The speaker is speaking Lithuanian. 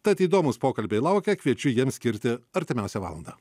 tad įdomūs pokalbiai laukia kviečiu jiems skirti artimiausią valandą